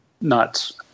nuts